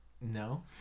No